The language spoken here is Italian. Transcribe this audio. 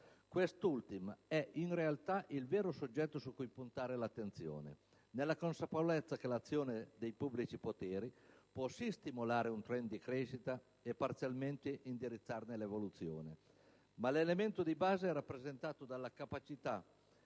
Quest'ultima è, in realtà, il vero oggetto su cui puntare l'attenzione, nella consapevolezza che l'azione dei pubblici poteri può sì stimolare un *trend* di crescita e parzialmente indirizzarne l'evoluzione, ma l'elemento di base è rappresentato dalla capacità